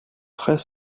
très